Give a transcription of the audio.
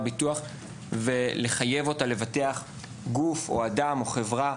ביטוח ולחייב אותה לבטח גוף או אדם או חברה.